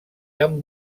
amb